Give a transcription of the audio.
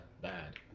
bad